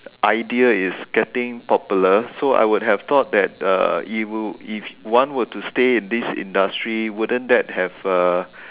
idea is getting popular so I would have thought that uh it will if one were to stay in this industry wouldn't that have uh